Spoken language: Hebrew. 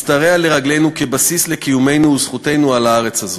משתרע לרגלינו כבסיס לקיומנו ולזכותנו על הארץ הזאת.